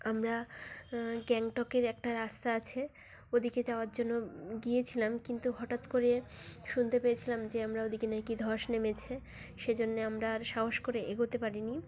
আমরা গ্যাংটকের একটা রাস্তা আছে ওদিকে যাওয়ার জন্য গিয়েছিলাম কিন্তু হঠাৎ করে শুনতে পেয়েছিলাম যে আমরা ওদিকে না কি ধস নেমেছে সেজন্যে আমরা আর সাহস করে এগোতে পারিনি